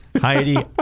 heidi